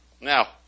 Now